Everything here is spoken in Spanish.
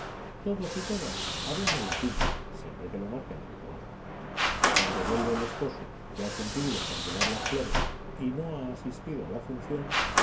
todos y todas hablan en latín siempre que lo marca el ritual cuando vuelve el esposo que ha cumplido con llevar las flores y no ha asistido a la función